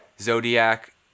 Zodiac